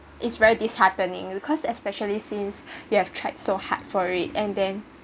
it's very disheartening because especially since you have tried so hard for it and then